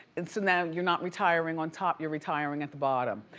and so now you're not retiring on top, you're retiring at the bottom.